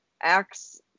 acts